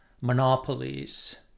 monopolies